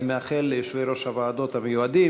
אני מאחל ליושבי-ראש הוועדות המיועדים,